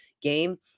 game